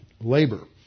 labor